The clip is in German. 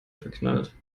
verknallt